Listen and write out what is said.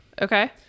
Okay